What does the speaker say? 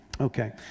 Okay